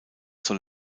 soll